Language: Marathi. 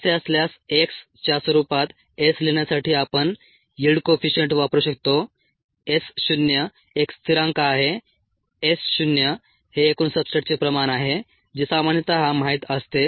तसे असल्यास x च्या स्वरूपात s लिहिण्यासाठी आपण यिल्ड कोइफीशीअंट वापरू शकतो S0 एक स्थिरांक आहे S0 हे एकूण सब्सट्रेटचे प्रमाण आहे जे सामान्यतः माहित असते